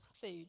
food